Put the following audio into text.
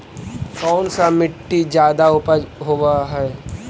कोन सा मिट्टी मे ज्यादा उपज होबहय?